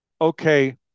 okay